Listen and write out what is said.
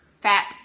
fat